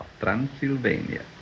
Transylvania